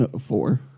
four